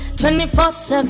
24-7